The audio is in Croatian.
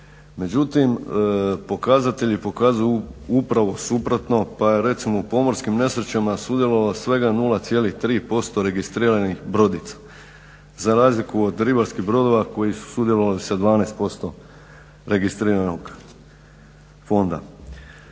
Međutim, pokazatelji pokazuju upravo suprotno. Pa je recimo u pomorskim nesrećama sudjelovalo svega 0,3% registriranih brodica za razliku od ribarskih brodova koji su sudjelovali sa 12% registriranog fonda.